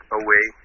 away